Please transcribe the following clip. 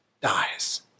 dies